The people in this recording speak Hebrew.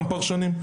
גם פרשנים.